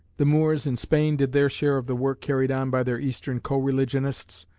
the moors in spain did their share of the work carried on by their eastern co-religionists,